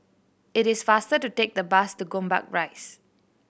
it is faster to take the bus to Gombak Rise